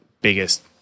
biggest